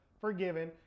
forgiven